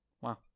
Wow